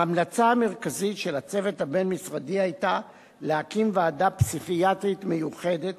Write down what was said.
ההמלצה המרכזית של הצוות הבין-משרדי היתה להקים ועדה פסיכיאטרית מיוחדת,